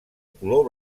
color